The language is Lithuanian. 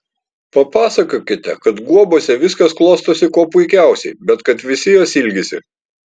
papasakokite kad guobose viskas klostosi kuo puikiausiai bet kad visi jos ilgisi